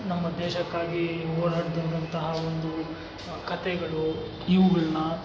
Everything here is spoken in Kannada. ನಮ್ಮ ದೇಶಕ್ಕಾಗೀ ಹೋರಾಡಿದಂತಹ ಒಂದೂ ಕತೆಗಳು ಇವುಗಳನ್ನ